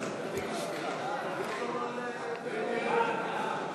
הצעת סיעת העבודה להביע אי-אמון בממשלה לא נתקבלה.